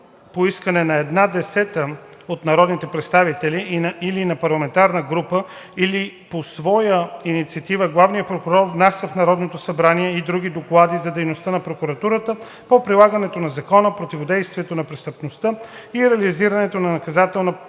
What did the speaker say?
по искане на една десета от народните представители или на парламентарна група, или по своя инициатива главният прокурор внася в Народното събрание и други доклади за дейността на прокуратурата по прилагането на закона, противодействието на престъпността и реализирането на наказателната политика.